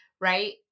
right